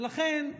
ולכן,